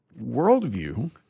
worldview